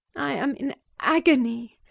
i am in agony.